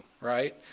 right